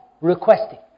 requesting